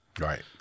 right